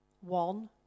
one